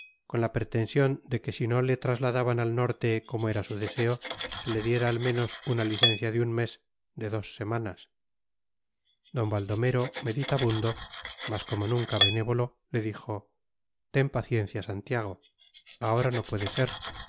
con la pretensión de que si no le trasladaban al norte como era su deseo se le diera al menos una licencia de un mes de dos semanas don baldomero meditabundo mas como nunca benévolo le dijo ten paciencia santiago ahora no puede ser